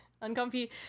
uncomfy